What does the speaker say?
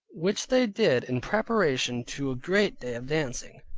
which they did in preparation to a great day of dancing.